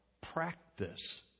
practice